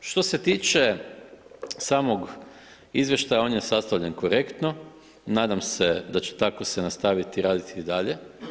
Što se tiče samog izvješća on je sastavljen korektno, nadam se da će tako se nastaviti raditi i dalje.